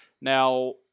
Now